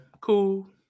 cool